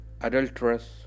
adulterous